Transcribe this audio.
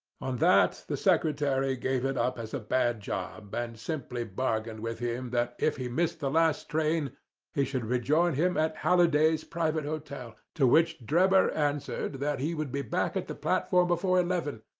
on that the secretary gave it up as a bad job, and simply bargained with him that if he missed the last train he should rejoin him at halliday's private hotel to which drebber answered that he would be back on the platform before eleven,